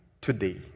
today